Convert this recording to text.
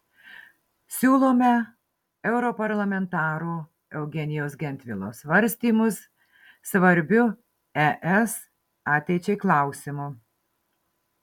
siūlome europarlamentaro eugenijaus gentvilo svarstymus svarbiu es ateičiai klausimu